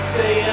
Stay